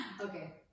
okay